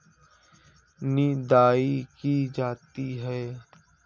निदाई की जाती है?